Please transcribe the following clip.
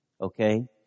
Okay